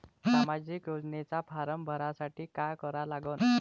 सामाजिक योजनेचा फारम भरासाठी का करा लागन?